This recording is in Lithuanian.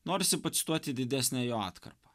norisi pacituoti didesnę jo atkarpą